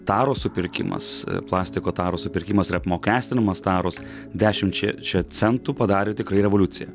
taros supirkimas plastiko taros supirkimas ir apmokestinamas taros dešimčia čia centų padarė tikrai revoliuciją